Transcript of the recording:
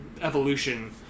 evolution